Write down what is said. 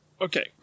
Okay